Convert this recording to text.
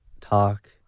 talk